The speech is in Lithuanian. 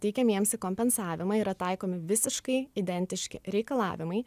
teikiamiems į kompensavimą yra taikomi visiškai identiški reikalavimai